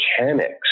mechanics